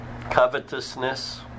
covetousness